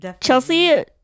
chelsea